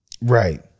right